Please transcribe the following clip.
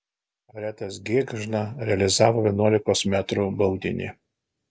aretas gėgžna realizavo vienuolikos metrų baudinį